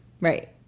Right